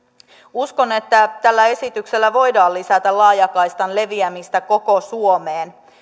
uskon että tällä esityksellä voidaan lisätä laajakaistan leviämistä koko suomeen